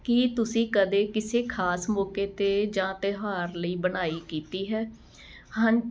ਕੀ ਤੁਸੀਂ ਕਦੇ ਕਿਸੇ ਖਾਸ ਮੌਕੇ 'ਤੇ ਜਾਂ ਤਿਉਹਾਰ ਲਈ ਬੁਣਾਈ ਕੀਤੀ ਹੈ ਹਾਂ